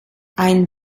ein